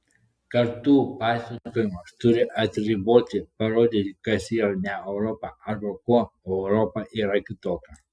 kartu pasakojimas turi atriboti parodyti kas yra ne europa arba kuo europa yra kitokia